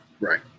right